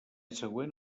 següent